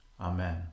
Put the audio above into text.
Amen